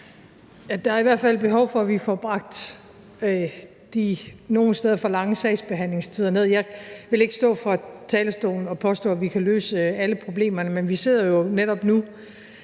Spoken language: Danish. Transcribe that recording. Der er i hvert fald behov for, at vi får bragt de nogle steder for lange sagsbehandlingstider ned. Jeg vil ikke stå på talerstolen og påstå, at vi kan løse alle problemerne, men vi sidder netop nu